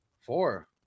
Four